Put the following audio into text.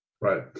Right